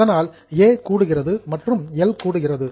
அதனால் ஏ கூடுகிறது மற்றும் எல் கூடுகிறது